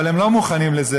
אבל הם לא מוכנים לזה.